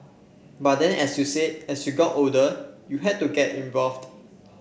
but then as you said as you got older you had to get involved